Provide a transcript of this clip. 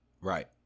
Right